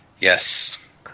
Yes